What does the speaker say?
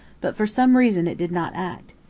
but for some reason it did not act.